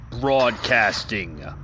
Broadcasting